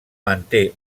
manté